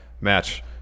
match